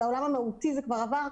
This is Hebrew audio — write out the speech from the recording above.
את העולם המהותי זה כבר עבר,